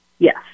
Yes